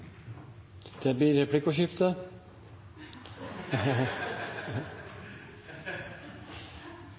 Det blir replikkordskifte.